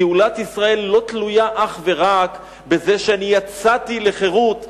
גאולת ישראל לא תלויה אך ורק בזה שאני יצאתי לחירות,